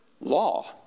Law